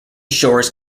shores